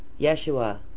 Yeshua